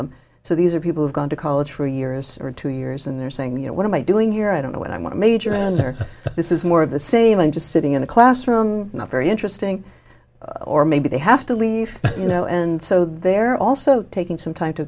them so these are people who've gone to college for years or two years and they're saying you know what am i doing here i don't know what i want to major and or this is more of the same i'm just sitting in the classroom not very interesting or maybe they have to leave you know and so they're also taking some time to